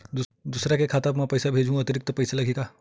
दूसरा के खाता म पईसा भेजहूँ अतिरिक्त पईसा लगही का?